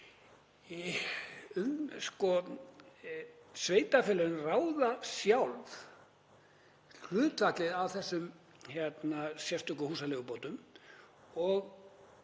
sveitarfélögin ráða sjálf hlutfallinu af þessum sérstöku húsaleigubótum og